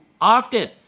often